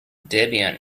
debian